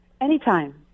Anytime